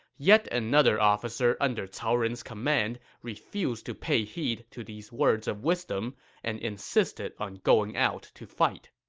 yet another officer under cao ren's command refused to pay heed to these words of wisdom and insisted on going out to fight.